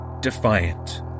defiant